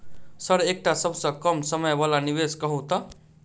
Sir एकटा सबसँ कम समय वला निवेश कहु तऽ?